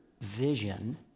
vision